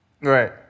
Right